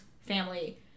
family